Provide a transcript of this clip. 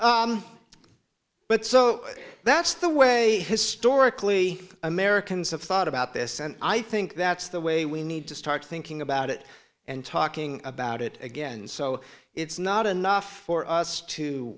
do but so that's the way historically americans have thought about this and i think that's the way we need to start thinking about it and talking about it again so it's not enough for us to